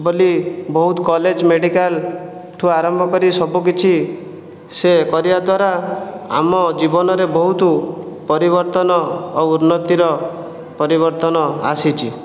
ବୋଲି ବହୁତ କଲେଜ ମେଡିକାଲଠୁ ଆରମ୍ଭ କରି ସବୁକିଛି ସେ କରିବା ଦ୍ଵାରା ଆମ ଜୀବନରେ ବହୁତ ପରିବର୍ତ୍ତନ ଆଉ ଉନ୍ନତିର ପରିବର୍ତ୍ତନ ଆସିଛି